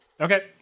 Okay